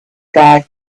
guy